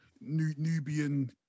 Nubian